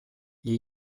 gli